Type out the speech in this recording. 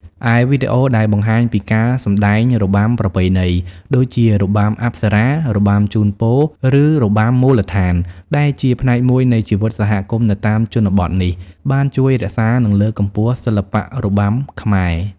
ឯវីដេអូដែលបង្ហាញពី ការសម្តែងរបាំប្រពៃណី ដូចជារបាំអប្សរា របាំជូនពរ ឬ របាំមូលដ្ឋាន ដែលជាផ្នែកមួយនៃជីវិតសហគមន៍នៅតាមជនបទនេះ បានជួយរក្សា និងលើកកម្ពស់សិល្បៈរបាំខ្មែរ។